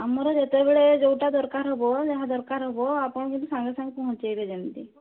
ଆମର ଯେତେବେଳେ ଯେଉଁଟା ଦରକାର ହେବ ଯାହା ଦରକାର ହେବ ଆପଣ କିନ୍ତୁ ସାଙ୍ଗେ ସାଙ୍ଗେ ପହଞ୍ଚାଇବେ ଯେମିତି